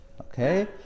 Okay